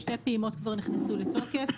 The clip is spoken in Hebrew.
שתי פעימות כבר נכנסו לתוקף.